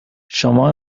شما